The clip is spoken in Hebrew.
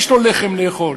יש לו לחם לאכול,